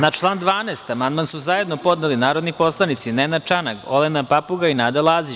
Na član 12. amandman su zajedno podneli narodni poslanici Nenad Čanak, Olena Papuga i Nada Lazić.